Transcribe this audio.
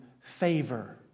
favor